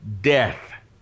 death